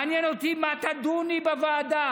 מעניין אותי במה תדוני בוועדה,